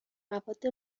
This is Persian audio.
مواد